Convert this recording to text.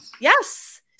yes